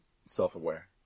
self-aware